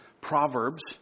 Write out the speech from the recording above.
Proverbs